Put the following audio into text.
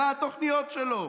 מה התוכניות שלו.